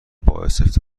باعث